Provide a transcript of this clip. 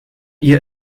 ihr